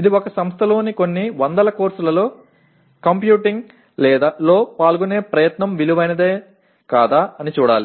ఇది ఒక సంస్థలోని కొన్ని వందల కోర్సులలో కంప్యూటింగ్లో పాల్గొనే ప్రయత్నం విలువైనదేనా కాదా అని చూడాలి